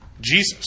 Jesus